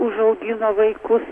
užaugino vaikus